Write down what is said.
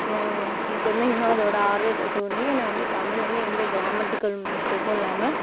எனக்கு வந்து இன்னும் அதோட ஆர்வத்தை தூண்டி என்னை வந்து தமிழ் வந்து எந்த கிராமெட்டிக்கல் மிஸ்ட்டேக்கும் இல்லாமல்